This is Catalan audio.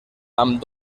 amb